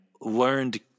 learned